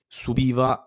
subiva